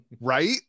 right